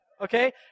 Okay